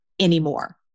anymore